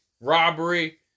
Robbery